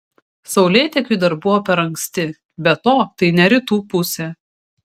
saulėtekiui dar buvo per anksti be to tai ne rytų pusė